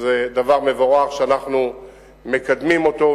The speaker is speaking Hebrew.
זה דבר מבורך, שאנחנו מקדמים אותו.